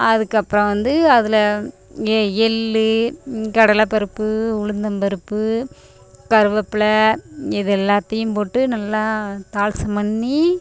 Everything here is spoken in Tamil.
அதுக்கப்புறம் வந்து அதில் ஏ எள் கடலைப்பருப்பு உளுந்தம்பருப்பு கருவேப்பில இது எல்லாத்தையும் போட்டு நல்லா தாளிசம் பண்ணி